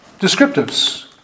descriptives